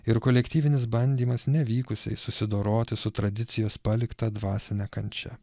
ir kolektyvinis bandymas nevykusiai susidoroti su tradicijos palikta dvasine kančia